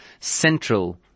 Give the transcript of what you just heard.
central